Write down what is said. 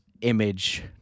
image